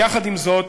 יחד עם זאת,